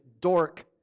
dork